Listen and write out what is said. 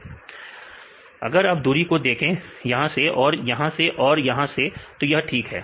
विद्यार्थी क्योंकि दूरी अगर आप दूरी को देखें यहां से और यहां से और यहां से तो यह ठीक है